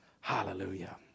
Hallelujah